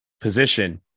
position